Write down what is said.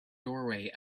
doorway